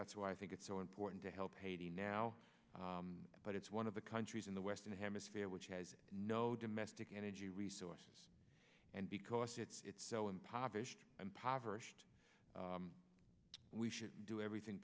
that's why i think it's so important to help haiti now but it's one of the countries in the western hemisphere which has no domestic energy resource and because it's so impoverished impoverished we should do everything